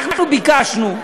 אנחנו ביקשנו,